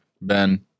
Ben